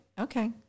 okay